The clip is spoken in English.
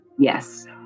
Yes